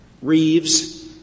Reeves